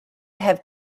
have